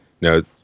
No